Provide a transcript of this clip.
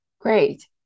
Great